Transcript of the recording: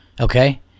Okay